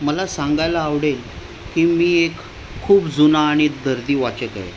मला सांगायला आवडेल की मी एक खूप जुना आणि दर्दी वाचक आहे